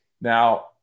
Now